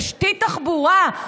תשתית תחבורה,